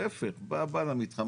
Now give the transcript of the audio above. בא בעל המתחם,